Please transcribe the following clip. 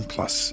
Plus